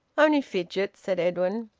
only fidgets, said edwin.